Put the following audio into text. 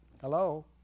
Hello